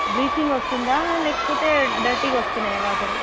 bleaching వస్తుందా లేకపోతే డర్టీగా వస్తున్నాయా వాటరు